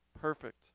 perfect